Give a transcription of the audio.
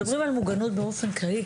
מדברים על מוגנות באופן כללי,